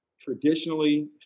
traditionally